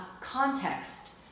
context